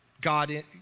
God